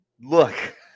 Look